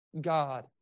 god